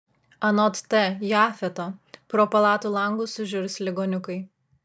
anot t jafeto pro palatų langus sužiurs ligoniukai